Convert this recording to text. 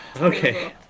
Okay